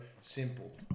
simple